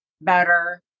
better